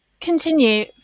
continue